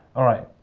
alright.